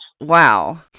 Wow